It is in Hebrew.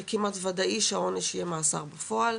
כמעט וודאי שהעונש יהיה מאסר בפועל.